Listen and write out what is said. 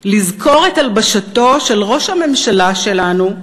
לזכור את הלבשתו של ראש הממשלה שלנו,